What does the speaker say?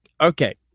Okay